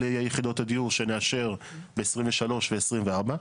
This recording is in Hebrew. אלה יהיו יחידות הדיור שנאשר ב-2023 ו-2024.